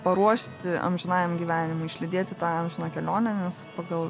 paruošti amžinajam gyvenimui išlydėt į tą amžiną kelionę nes pagal